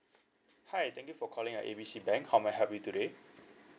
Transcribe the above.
hi thank you for calling A B C bank how may I help you today